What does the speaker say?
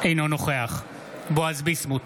אינו נוכח בועז ביסמוט,